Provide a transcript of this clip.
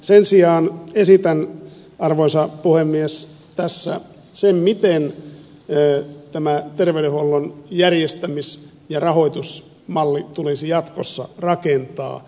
sen sijaan esitän arvoisa puhemies tässä sen miten tämä terveydenhuollon järjestämis ja rahoitusmalli tulisi jatkossa rakentaa